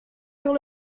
sur